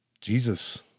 Jesus